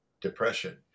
depression